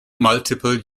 multiple